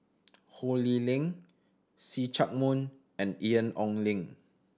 Ho Lee Ling See Chak Mun and Ian Ong Li